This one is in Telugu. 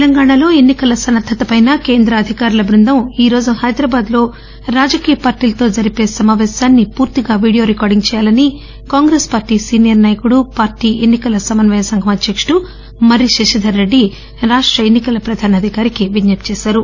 తెలంగాణాలో ఎన్నికల సన్నద్దతపై కేంద్ర అధికారుల బృందం ఈరోజు హైదరాబాదులో రాజకీయ పార్టీలతో జరిపే సమాపేశాన్ని పూర్తిగా ీడియో రికార్డు చేయాలని కాంగ్రెస్ పార్టీ సీనియర్ నాయకుడు పార్టీ ఎన్నికల సమన్వయ సంఘం అధ్యకుడు మర్రి శశిధర్రెడ్డి రాష్ట ఎన్ని కల ప్రధానాధికారి రజత్కుమార్కు విజ్ఞప్తి చేశారు